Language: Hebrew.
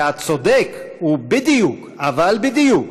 והצודק הוא בדיוק, אבל בדיוק,